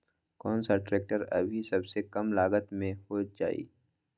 कौन सा ट्रैक्टर अभी सबसे कम लागत में हो जाइ?